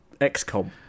XCOM